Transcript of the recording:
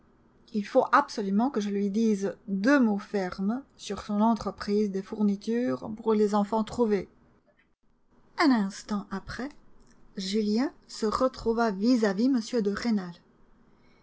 il faut absolument que je lui dise deux mots fermes sur son entreprise des fournitures pour les enfants trouvés un instant après julien se retrouva vis-à-vis m de rênal